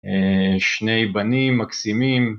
שני בנים מקסימים